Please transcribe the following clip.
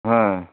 হ্যাঁ